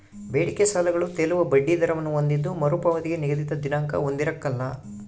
ಬೇಡಿಕೆ ಸಾಲಗಳು ತೇಲುವ ಬಡ್ಡಿ ದರವನ್ನು ಹೊಂದಿದ್ದು ಮರುಪಾವತಿಗೆ ನಿಗದಿತ ದಿನಾಂಕ ಹೊಂದಿರಕಲ್ಲ